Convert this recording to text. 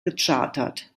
gechartert